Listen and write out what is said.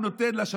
הוא נותן להן,